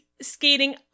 Skating